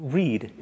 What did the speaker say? read